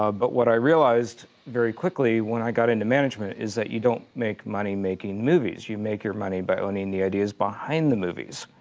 ah but what i realized very quickly when i got into management is that you don't make money making movies. you make your money by owning the ideas behind the movies.